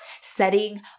setting